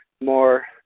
more